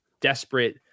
desperate